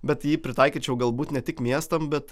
bet jį pritaikyčiau galbūt ne tik miestam bet